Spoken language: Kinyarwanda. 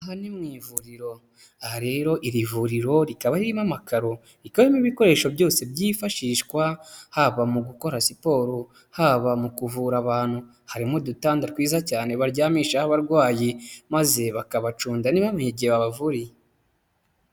Aha ni mu ivuriro, aha rero iri vuriro rikaba ririmo amakaro, rikaba ririmo ibikoresho byose byifashishwa haba mu gukora siporo, haba mu kuvura abantu, harimo udutanda twiza cyane baryamishaho abarwayi, maze bakabacunda ntibamenye igihe babavuriye.